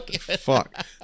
Fuck